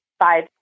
five